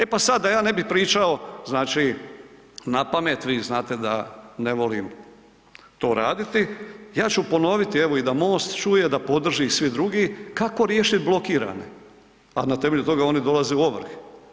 E pa sada da ja ne bi pričao na pamet, vi znate da ne volim to raditi, ja ću ponoviti evo i da MOST čuje da podrže svi drugi, kako riješiti blokirane, a na temelju toga oni dolaze u ovrhe.